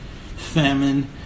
famine